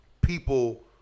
people